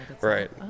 right